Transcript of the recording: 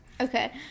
Okay